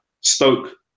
Stoke